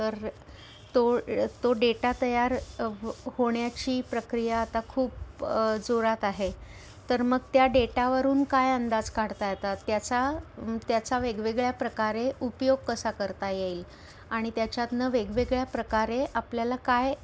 तर तो तो डेटा तयार ह होण्याची प्रक्रिया आता खूप जोरात आहे तर मग त्या डेटावरून काय अंदाज काढता येतात त्याचा त्याचा वेगवेगळ्या प्रकारे उपयोग कसा करता येईल आणि त्याच्यातून वेगवेगळ्या प्रकारे आपल्याला काय